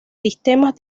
sistemas